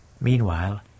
Meanwhile